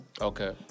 Okay